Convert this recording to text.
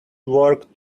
work